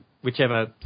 whichever